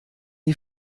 die